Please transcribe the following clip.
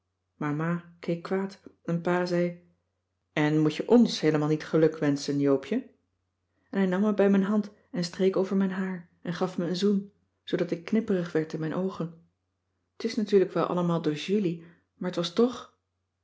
ma keek kwaad en pa zei en moet je ons heelemaal niet gelukwenschen joopje en hij nam me bij mijn hand en streek over mijn cissy van marxveldt de h b s tijd van joop ter heul haar en gaf me een zoen zoodat ik knipperig werd in mijn oogen t is natuurlijk wel allemaal door julie maar t was toch